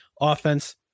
offense